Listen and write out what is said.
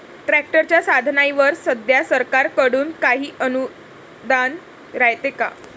ट्रॅक्टरच्या साधनाईवर सध्या सरकार कडून काही अनुदान रायते का?